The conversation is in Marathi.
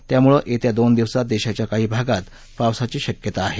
यामुळे येत्या दोन दिवसात देशाच्या काही भागात पावसाची शक्यता आहे